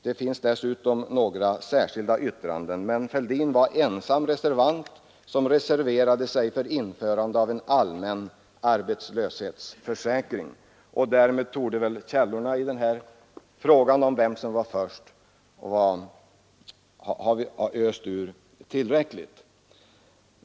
Det finns dessutom några särskilda yttranden, men herr Fälldin ensam reserverade sig för införande av en allmän arbetslöshetsförsäkring. Därmed torde vi ha öst tillräckligt ur källorna när det gäller frågan om vem som var först.